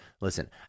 Listen